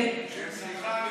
סליחה,